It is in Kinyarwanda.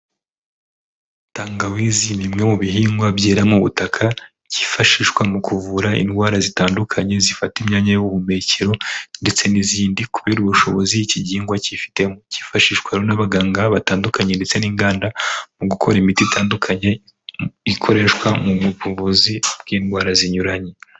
Tangawizi n'imwe mu bihingwa byera mu butaka, byifashishwa mu kuvura indwara zitandukanye zifata imyanya y'ubuhumekero ndetse n'izindi. Kubera ubushobozi ikihingwa Kifitemo, Kifashishwa n'abaganga batandukanye ndetse n'inganda mu gukora imiti itandukanye ikoreshwa mu buvuzi bw'indwara zinyuranye.